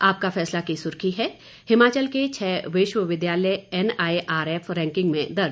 आपका फैसला की सुर्खी है हिमाचल के छह विश्वविद्यालय एनआईआरएफ रैंकिंग में दर्ज